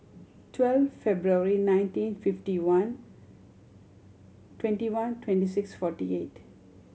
twelve February nineteen fifty one twenty one twenty six forty eight